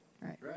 right